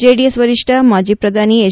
JDS ವರಿಷ್ಠ ಮಾಜಿ ಪ್ರಧಾನಿ ಹೆಚ್